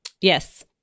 Yes